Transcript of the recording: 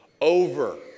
over